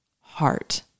heart